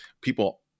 people